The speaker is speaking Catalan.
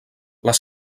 les